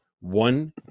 one